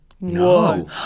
No